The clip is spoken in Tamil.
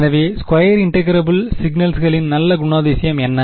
எனவே ஸ்கொயர் இன்டெக்ரபில் சிக்நல்ஸ்ளின் நல்ல குணாதிசயம் என்ன